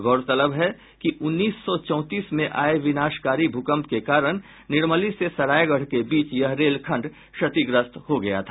गौरतलब है कि उन्नीस सौ चौंतीस में आये विनाशकारी भूकम्प के कारण निर्मली से सरायगढ़ के बीच यह रेलखंड क्षतिग्रस्त हो गया था